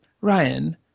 Ryan